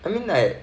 and then like